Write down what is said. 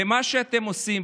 ומה שאתם עושים,